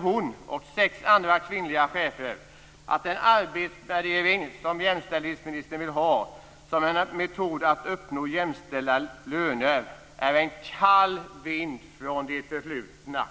Hon, och sex andra kvinnliga chefer, fortsätter med att säga: Den arbetsvärdering som jämställdhetsministern vill ha som en metod att uppnå jämställda löner är en kall vind från det förflutna.